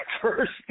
first